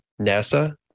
NASA